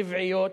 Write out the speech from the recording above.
טבעיות,